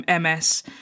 MS